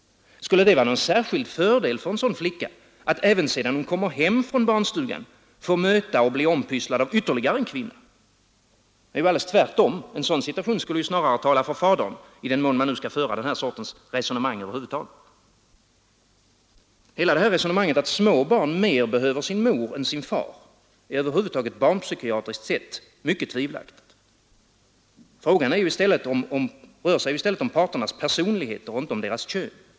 Skulle det vara en särskild fördel för denna flicka att även sedan hon kommer hem få möta och bli ompysslad av ytterligare en kvinna? Det är ju alldeles tvärtom: en sådan situation talar snarare för fadern som vårdnadshavare, i den mån man nu skall föra den sortens resonemang över huvud taget. Hela resonemanget att små barn mer behöver sin mor än sin far är över huvud taget barnpsykiatriskt sett mycket tvivelaktigt. Det är en fråga om parternas personligheter, inte om deras kön.